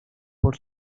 por